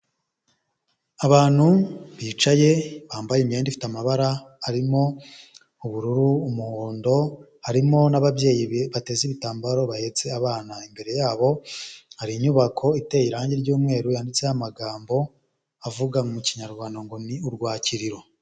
Abantu bicaye bambaye imyenda ifite amabara arimo ubururu, umuhondo harimo n'ababyeyi bateze ibitambaro bahetse abana. Imbere yabo hari inyubako iteye irangi ry'umweru yanditseho amagambo avuga mu kinyarwanda ngo ni urwakiririro.